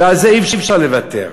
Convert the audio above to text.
ועל זה אי-אפשר לוותר.